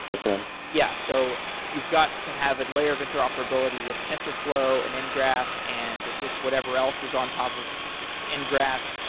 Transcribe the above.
that's the name. yeah. so you've got to have a layer of interoperability with tensorflow and ngraph and with whatever else is on top of ngraph,